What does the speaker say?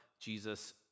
Jesus